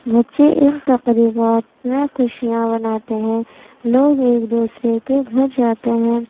بچے ان تقریبات میں خوشیاں مناتے ہیں لوگ ایک دوسرے کے گھر جاتے ہیں